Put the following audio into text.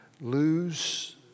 lose